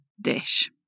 dish